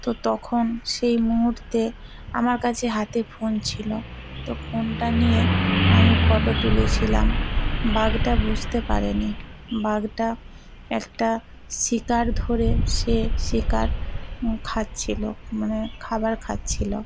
তো তখন সেই মুহূর্তে আমার কাছে হাতে ফোন ছিল তো ফোনটা নিয়ে আমি ফটো তুলেছিলাম বাঘটা বুঝতে পারে নি বাঘটা একটা শিকার ধরে সে শিকার খাচ্ছিলো মানে খাবার খাচ্ছিলো